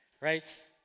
right